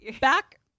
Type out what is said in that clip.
back